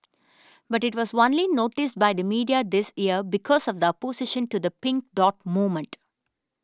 but it was only noticed by the media this year because of the opposition to the Pink Dot movement